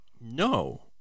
No